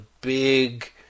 big